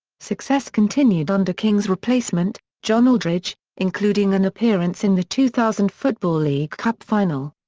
success continued under king's replacement, john aldridge, including an appearance in the two thousand football league cup final.